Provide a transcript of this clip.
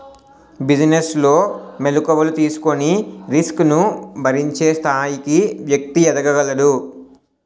business లో మెలుకువలు తెలుసుకొని రిస్క్ ను భరించే స్థాయికి వ్యక్తి ఎదగగలడు